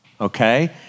Okay